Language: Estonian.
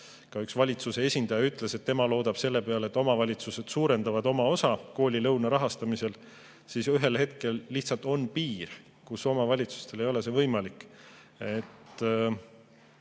üks valitsuse esindaja ütles, et tema loodab selle peale, et omavalitsused suurendavad oma osa koolilõuna rahastamisel, siis ühel hetkel lihtsalt on piir ees, millest omavalitsustel ei ole võimalik